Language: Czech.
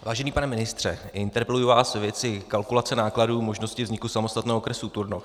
Vážený pane ministře, interpeluji vás ve věci kalkulace nákladů možnosti vzniku samostatného okresu Turnov.